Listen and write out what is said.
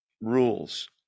rules